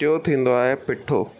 टियो थींदो आहे पिठो